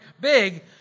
big